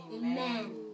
Amen